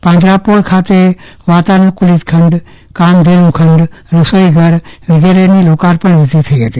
પાંજરાપોળ ખાતે વાતાનુકુલીત ખંડ કામધેનુ ખંડ રસોઈઘર વિગેરેની લોકાર્પણવિધી થઈ હતી